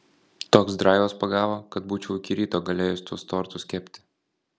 toks draivas pagavo kad būčiau iki ryto galėjus tuos tortus kepti